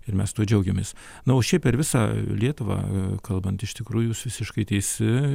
ir mes tuo džiaugiamės na o šiaip per visą lietuvą kalbant iš tikrųjų jūs visiškai teisi